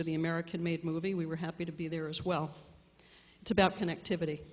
with the american made movie we were happy to be there as well it's about connectivity